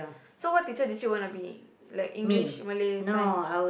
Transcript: so what teacher did you wanna be like English Malay Science